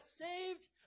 saved